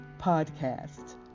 Podcast